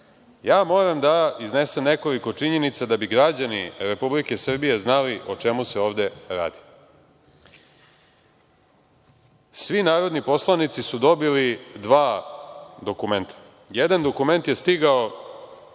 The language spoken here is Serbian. ja moram da iznesem nekoliko činjenica da bi građani Republike Srbije znali o čemu se ovde radi. Svi narodni poslanici su dobili dva dokumenta, jedan dokument je stigao